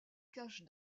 cache